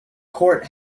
court